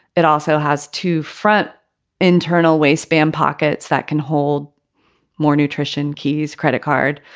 it also has two front internal waistband pockets that can hold more nutrition keys. credit card.